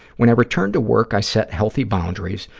when i returned to work, i set healthy boundaries,